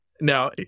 Now